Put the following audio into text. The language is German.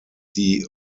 die